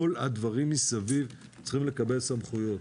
כל הדברים מסביב צריכים לקבל סמכויות.